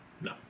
No